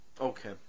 Okay